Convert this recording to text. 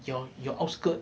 ya ya outskirt